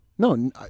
No